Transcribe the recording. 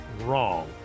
wrong